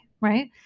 right